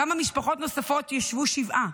כמה משפחות נוספות ישבו שבעה,